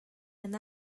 and